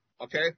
okay